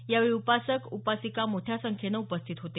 यावेळी उपासक उपासिका मोठ्या संख्येने उपस्थित होते